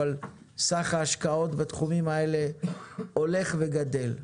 אבל סך ההשקעות בתחומים האלה הולך וגדל.